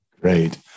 Great